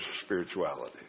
spirituality